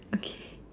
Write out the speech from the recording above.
okay